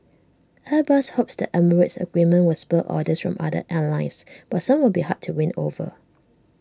airbus hopes the emirates agreement will spur orders from other airlines but some will be hard to win over